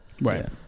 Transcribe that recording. Right